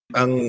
ang